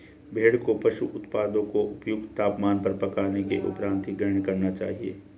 भेड़ को पशु उत्पादों को उपयुक्त तापमान पर पकाने के उपरांत ही ग्रहण करना चाहिए